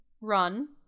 run